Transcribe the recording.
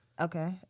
okay